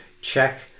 check